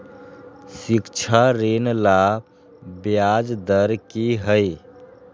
शिक्षा ऋण ला ब्याज दर कि हई?